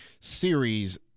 series